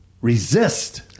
Resist